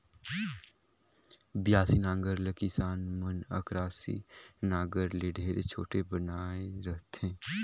बियासी नांगर ल किसान मन अकरासी नागर ले ढेरे छोटे बनाए रहथे